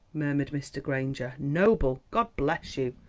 murmured mr. granger noble! god bless you!